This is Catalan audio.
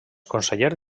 conseller